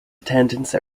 attendance